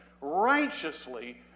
righteously